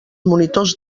monitors